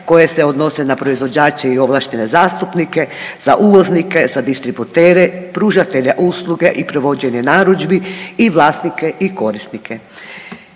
koje se odnose na proizvođače i ovlaštene zastupnike, za uvoznike, za distributere, pružatelje usluge i provođenje narudžbi i vlasnike i korisnike.